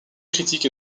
critiques